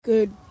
good